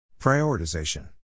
Prioritization